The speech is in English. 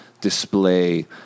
display